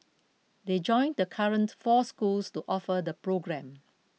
they join the current four schools to offer the programme